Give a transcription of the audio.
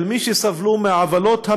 של מי שסבלו מעוולות הממסד.